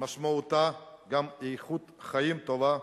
משמעותה גם איכות חיים טובה?